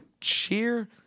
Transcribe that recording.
cheer